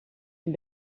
and